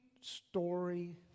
story